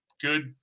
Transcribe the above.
good